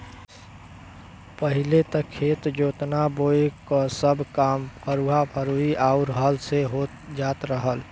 पहिले त खेत जोतना बोये क सब काम फरुहा, खुरपी आउर हल से हो जात रहल